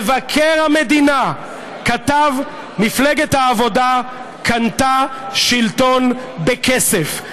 מבקר המדינה כתב: מפלגת העבודה קנתה שלטון בכסף.